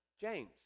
James